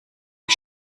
die